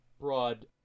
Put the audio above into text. broad